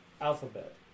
alphabet